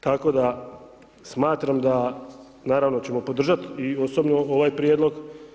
Tako da smatram da naravno ćemo podržati i osobno ovaj prijedlog.